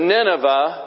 Nineveh